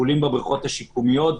טיפולים בבריכות השיקומיות,